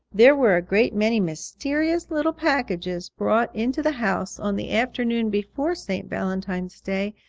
there were a great many mysterious little packages brought into the house on the afternoon before st. valentine's day,